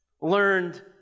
learned